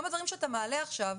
גם הדברים שאתה מעלה עכשיו,